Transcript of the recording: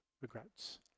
regrets